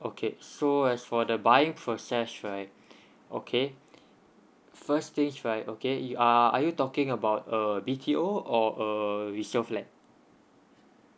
okay so as for the buying process right okay first thing's right okay err are you talking about a B_T_O or a resale flat